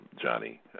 Johnny